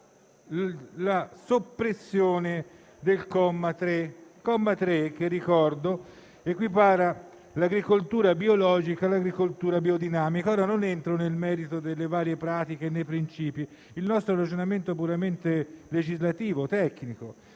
la soppressione del comma 3, che equipara l'agricoltura biologica all'agricoltura biodinamica. Ora, non entro nel merito delle varie pratiche e dei principi; il nostro è un ragionamento puramente legislativo e tecnico.